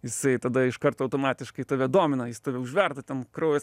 jisai tada iš karto automatiškai tave domina jis tave užverda ten kraujas